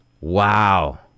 Wow